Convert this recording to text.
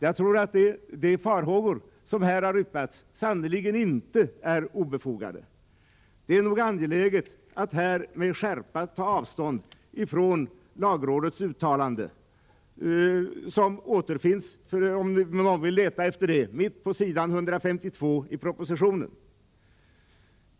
Jag tror att de farhågor som här har yppats sannerligen inte är obefogade. Det är mig angeläget att med skärpa ta avstånd från lagrådets uttalande, som, om någon vill leta efter det, återfinns mitt på s. 152 i propositionen.